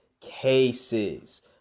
cases